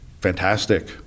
fantastic